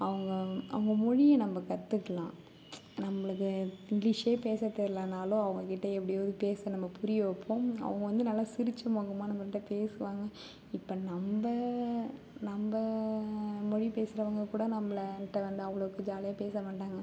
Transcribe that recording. அவங்க அவங்க மொழியை நம்ப கற்றுக்கலாம் நம்பளுக்கு இங்கிலீஷே பேச தெரியலனாலும் அவங்ககிட்ட எப்படியாவது பேச நம்ம புரிய வப்போம் அவங்க வந்து நல்லா சிரிச்ச முகமா நம்மகிட்ட பேசுவாங்க இப்ப நம்ப நம்ப மொழி பேசறவங்க கூட நம் கிட்ட வந்து அவ்வளோவுக்கு ஜாலியாக பேசமாட்டாங்க